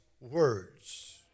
words